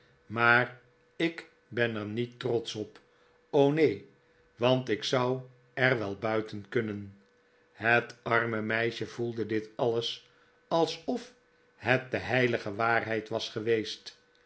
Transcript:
maar ik ben er niet trotsch op o neen want ik zou er wel buiten kunnen het arme meisje voelde dit alles alsof het de heilige waarheid was geweest